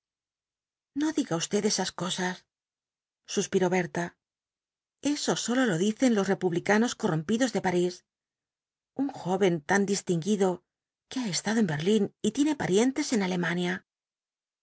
no diga usted esas cosas suspiró berta esosólo v blasco ibáñkz o dicen los republicanos corrompidos de parís un joven tan distinguido que ha estado en berlín y tiene parientes en alemania